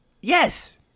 yes